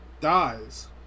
dies